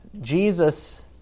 Jesus